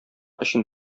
өчен